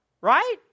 right